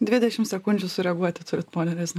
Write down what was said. dvidešim sekundžių sureaguoti turit pone reznikovai